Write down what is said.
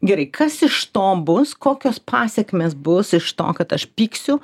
gerai kas iš to bus kokios pasekmės bus iš to kad aš pyksiu